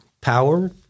power